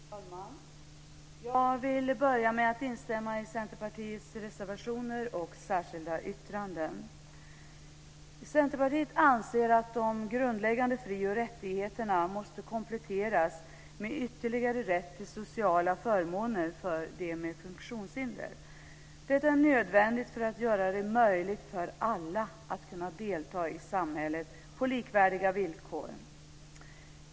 Fru talman! Jag vill börja med att instämma i Centerpartiet anser att de grundläggande fri och rättigheterna måste kompletteras med ytterligare rätt till sociala förmåner för dem med funktionshinder. Det är nödvändigt för att göra det möjligt för alla att delta i samhället på likvärdiga villkor.